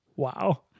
Wow